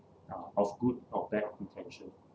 uh of good or bad intention